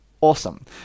awesome